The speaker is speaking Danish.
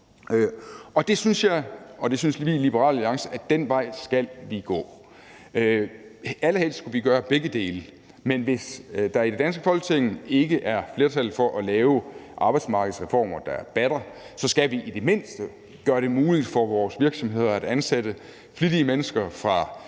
de kommer fra. Og jeg og vi i Liberal Alliance synes, at den vej skal vi gå. Allerhelst skulle vi gøre begge dele, men hvis der i det danske Folketing ikke er flertal for at lave arbejdsmarkedsreformer, der batter, så skal vi i det mindste gøre det muligt for vores virksomheder at ansætte flittige mennesker,